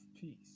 peace